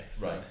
Right